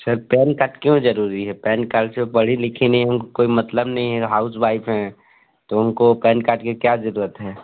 sir PAN card क्यों जरूरी है पैन कार्ड जो पढ़ी लिखी नहीं हूँ कोई मतलब नहीं है हाउसवाइफ हैं तो उनको पैन कार्ड की क्या जरूरत है